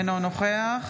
אינו נוכח